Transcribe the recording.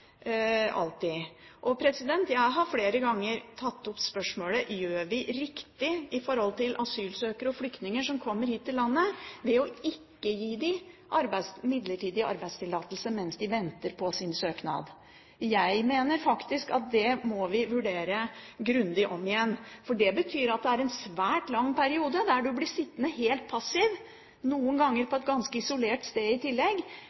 Jeg har flere ganger tatt opp spørsmålet om vi gjør riktig i forhold til asylsøkere og flyktninger som kommer hit til landet, ved ikke å gi dem midlertidig arbeidstillatelse mens de venter på sin søknad. Jeg mener faktisk at det må vi vurdere grundig om igjen, for det betyr at det er en svært lang periode der du blir sittende helt passiv, noen ganger på et ganske isolert sted i tillegg,